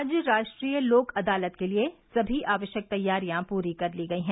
आज राष्ट्रीय लोक अदालत के लिए सभी आवश्यक तैयारियां पूरी कर ली गयी हैं